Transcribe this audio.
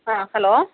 ആ ഹലോ